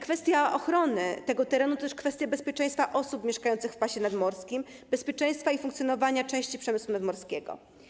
Kwestia ochrony tego terenu to też kwestia bezpieczeństwa osób mieszkających w pasie nadmorskim, bezpieczeństwa i funkcjonowania części przemysłu nadmorskiego.